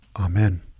Amen